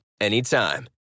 anytime